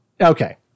Okay